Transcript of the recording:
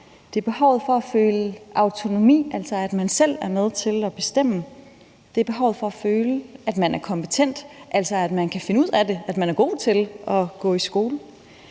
det er behovet for at føle autonomi, altså at man selv er med til at bestemme; det er behovet for at føle, at man er kompetent, altså at man kan finde ud af og er god til at gå i skole;